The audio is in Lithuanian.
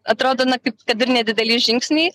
atrodo na kaip kad ir nedideli žingsniai